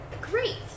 Great